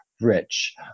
rich